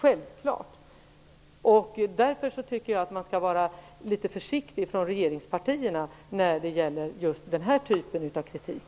Jag tycker därför att man skall vara litet försiktig från regeringspartierna när det gäller just den här typen av kritik.